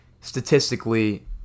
statistically